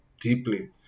deeply